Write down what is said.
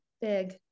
Big